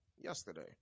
yesterday